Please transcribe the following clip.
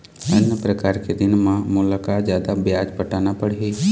अन्य प्रकार के ऋण म मोला का जादा ब्याज पटाना पड़ही?